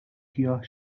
گیاه